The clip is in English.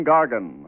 Gargan